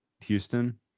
Houston